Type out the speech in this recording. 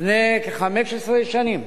לפני כ-15 שנים.